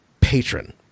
patron